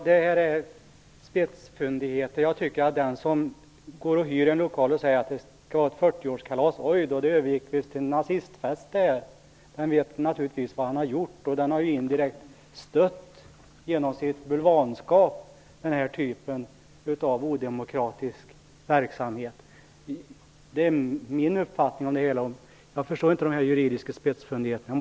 Herr talman! Detta är spetsfundigheter. Jag tror att den som hyr en lokal för ett 40-årskalas, och sedan säger: Oj, det övergick visst till en nazistfest, naturligtvis vet vad han har gjort. Han har indirekt genom sitt bulvanskap stött en odemokratisk verksamhet. Det är min uppfattning. Jag förstår inte de juridiska spetsfundigheterna.